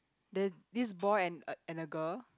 there's this boy and and the girl